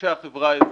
אנשי החברה האזרחית,